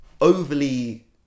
overly